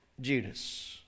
Judas